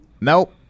Nope